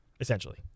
essentially